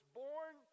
born